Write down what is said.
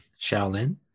Shaolin